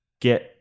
get